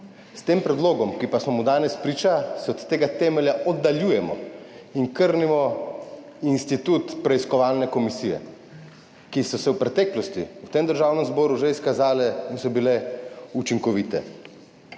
S tem predlogom, ki pa smo mu danes priča, se od tega temelja oddaljujemo in krnimo institut preiskovalne komisije, ki so se v preteklosti v Državnem zboru že izkazale in so bile učinkovite.